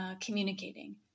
communicating